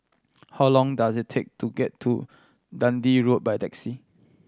how long does it take to get to Dundee Road by taxi